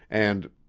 and,